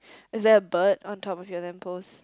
is there a bird on top of your lamp post